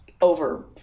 over